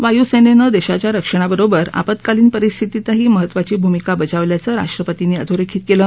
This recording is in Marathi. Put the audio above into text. वायूसर्क्री दक्षीच्या रक्षणाबरोबर आपतकालीन परिस्थितीतही महत्त्वाची भुमिका बजावल्याचं राष्ट्रपतीनी अधोरस्वीत कलि